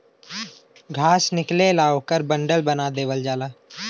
घास निकलेला ओकर बंडल बना देवल जाला